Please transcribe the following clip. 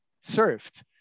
served